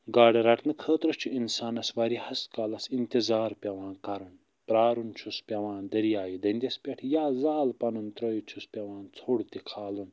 گاڈٕ رٹنہٕ خٲطرٕ چھُ اِنسانَس وارِیاہس کالَس اِنتظار پٮ۪وان کَرُن پرٛارُن چھُس پٮ۪وان دٔریایہِ دٔنٛدِس پٮ۪ٹھ یا زال پنُن تٔرٛٲیِتھ چھُس پٮ۪وان ژھوٚڑ تہِ کھالُن